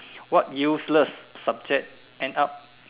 what useless subject end up